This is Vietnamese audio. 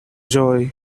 rồi